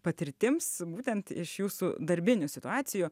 patirtims būtent iš jūsų darbinių situacijų